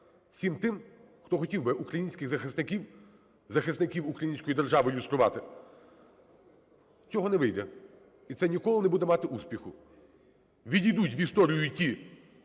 всім тим, хто хотів би українських захисників, захисників української держави, люструвати, цього не вийде і це ніколи не буде мати успіху. Відійдуть в історію ті,